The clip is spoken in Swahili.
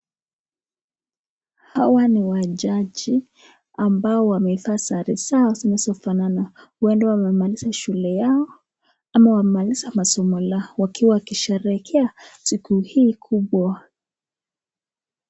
Hawa ni wajaji ambao wamevaa sare zao zinazofanana, huenda wamemaliza shule yao ama wamemaliza masomo yao wakiwa wanasherehekea siku hii kubwa.